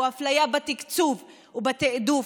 אפליה בתקצוב ובתעדוף,